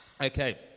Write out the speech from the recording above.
Okay